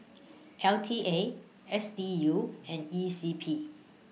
L T A S D U and E C P